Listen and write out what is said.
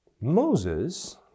Moses